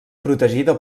protegida